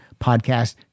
podcast